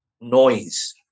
noise